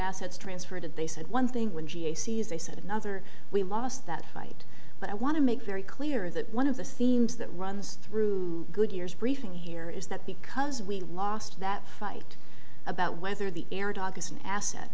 assets transferred and they said one thing when g a c as they said another we lost that fight but i want to make very clear that one of the themes that runs through good years briefing here is that because we lost that fight about whether the era dog is an asset